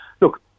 look